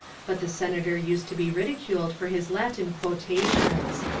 but the senator used to be ridiculed for his latin quotations.